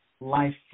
life